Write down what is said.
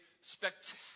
spectacular